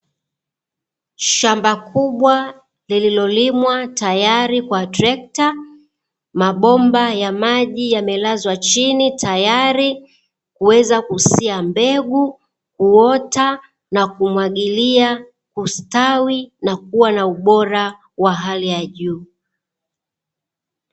Shamba kubwa lililolimwa tayari kwa trekta mabomba ya maji yamelazwa chini tayari kuweza kusia mbegu, kuota na kumwagilia kustawi na kuwa na ubora wa hali ya juu.